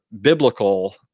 biblical